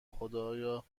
خدایا